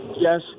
yes